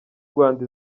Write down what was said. rwanda